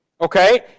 Okay